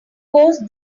course